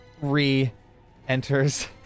re-enters